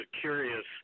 curious